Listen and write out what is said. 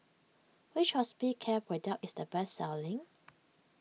which Hospicare product is the best selling